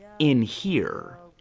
in here.